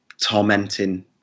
tormenting